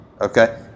Okay